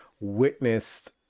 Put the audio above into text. witnessed